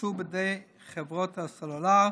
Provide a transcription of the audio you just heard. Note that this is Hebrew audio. שהוקצו בידי חברות הסלולר,